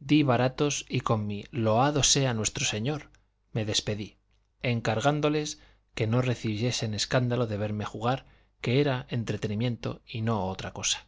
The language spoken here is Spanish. di baratos y con mi loado sea nuestro señor me despedí encargándoles que no recibiesen escándalo de verme jugar que era entretenimiento y no otra cosa